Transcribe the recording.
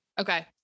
okay